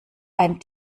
ein